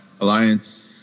Alliance